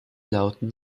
lauten